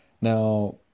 Now